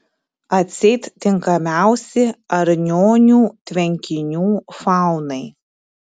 atseit tinkamiausi arnionių tvenkinių faunai